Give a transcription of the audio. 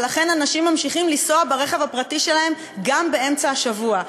ולכן אנשים ממשיכים לנסוע ברכב הפרטי שלהם גם באמצע השבוע.